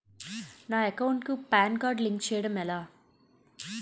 నా అకౌంట్ కు PAN card link చేయడం ఎలా?